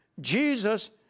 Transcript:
Jesus